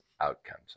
outcomes